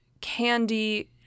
candy